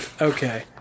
Okay